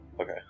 Okay